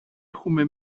έχουμε